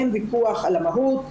אין ויכוח על המהות,